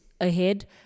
ahead